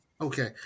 Okay